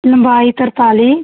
ਲੰਬਾਈ ਤਿਰਤਾਲੀ